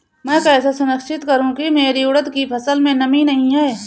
मैं कैसे सुनिश्चित करूँ की मेरी उड़द की फसल में नमी नहीं है?